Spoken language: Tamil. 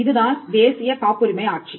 இதுதான் தேசிய காப்புரிமை ஆட்சி